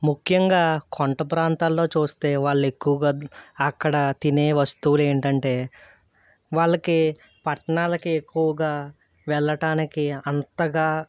ముఖ్యంగా కొండ ప్రాంతాల్లో చూస్తే వాళ్ళు ఎక్కువగా అక్కడ తినే వస్తువులు ఏంటంటే వాళ్ళకి పట్టణాలకే ఎక్కువగా వెళ్ళడానికి అంతగా